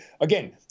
again